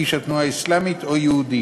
איש התנועה האסלאמית או יהודי,